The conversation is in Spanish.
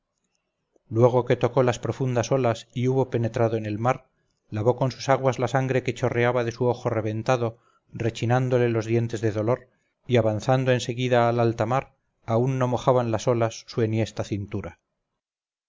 luego que tocó las profundas olas y hubo penetrado en el mar lavó con sus aguas la sangre que chorreaba de su ojo reventado rechinándole los dientes de dolor y avanzando en seguida a la alta mar aun no mojaban las olas su enhiesta cintura